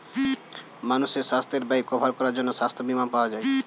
মানুষের সাস্থের ব্যয় কভার করার জন্যে সাস্থ বীমা পাওয়া যায়